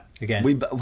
again